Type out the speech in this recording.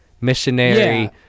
Missionary